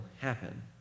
happen